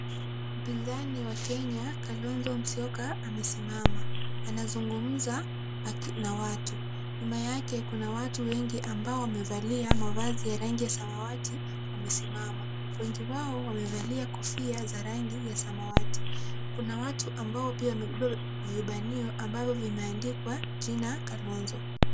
Mpinzani wa Kenya Kalonzo Musyoka amesimama. Anazungumza na watu. Nyuma yake kuna watu wengi ambao wamevalia mavazi ya rangi ya samawati wamesimama. Wengi wao wamevalia kofia za rangi ya samawati. Kuna watu ambao pia wamebeba vibanio ambavyo vimeandikwa jina Kalonzo.